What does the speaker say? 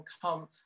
come